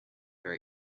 very